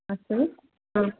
अस्तु हा